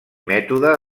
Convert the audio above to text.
mètode